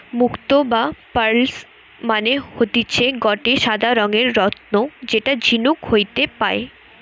মুক্তো বা পার্লস মানে হতিছে গটে সাদা রঙের রত্ন যেটা ঝিনুক হইতে পায়